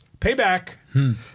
Payback